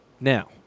Now